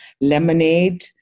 lemonade